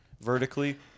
vertically